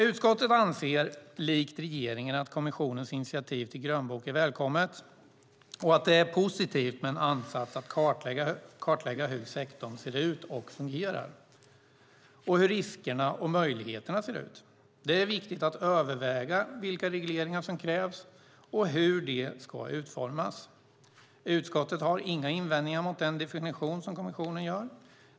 Utskottet anser likt regeringen att kommissionens initiativ till grönbok är välkommet och att det är positivt med en ansats att kartlägga hur sektorn ser ut och fungerar och hur riskerna och möjligheterna ser ut. Det är viktigt att överväga vilka regleringar som krävs och hur de ska utformas. Utskottet har inga invändningar mot den definition som kommissionen gör.